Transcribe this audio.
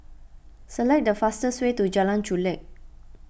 select the fastest way to Jalan Chulek